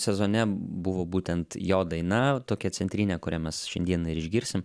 sezone buvo būtent jo daina tokia centrinė kurią mes šiandieną ir išgirsim